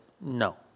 no